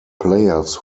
players